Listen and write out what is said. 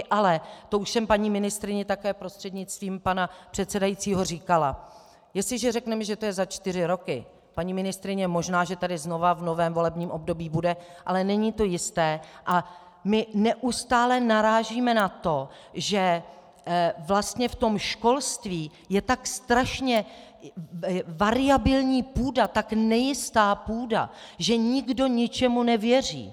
Ale, a to už jsem paní ministryni také prostřednictvím pana předsedajícího říkala, jestliže řekneme, že to je za čtyři roky, paní ministryně možná že tady znovu v novém volebním období bude, ale není to jisté, a my neustále narážíme na to, že vlastně v tom školství je tak strašně variabilní půda, tak nejistá půda, že nikdo ničemu nevěří.